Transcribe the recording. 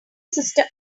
sister